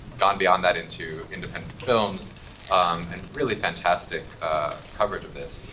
gone beyond that into independent films um and really fantastic coverage of this.